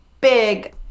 big